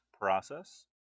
process